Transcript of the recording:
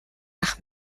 nach